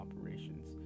operations